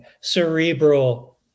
cerebral